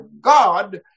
God